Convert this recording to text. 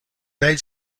united